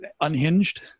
unhinged